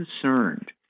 concerned